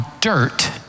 dirt